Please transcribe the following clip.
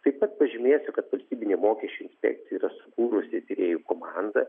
taip pat pažymėsiu kad valstybinė mokesčių inspekcija yra sukūrusi tyrėjų komandą